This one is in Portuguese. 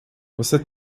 você